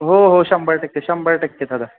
हो हो शंभर टक्के शंभर टक्के दादा